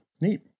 Neat